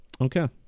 okay